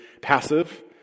passive